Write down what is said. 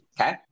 Okay